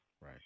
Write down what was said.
Right